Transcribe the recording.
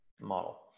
model